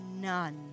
none